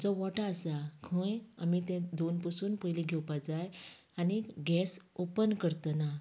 जो ओटो आसा खंय आमी तें धुवून पुंसून पयली घेवपाक जाय आनी गॅस ओपन करतना